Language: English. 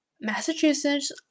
Massachusetts